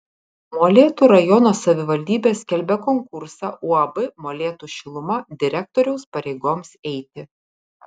molėtų rajono savivaldybė skelbia konkursą uab molėtų šiluma direktoriaus pareigoms eiti